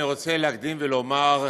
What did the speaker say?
אני רוצה להקדים ולומר,